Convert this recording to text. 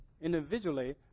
individually